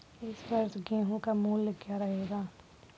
इस वर्ष गेहूँ का मूल्य क्या रहेगा?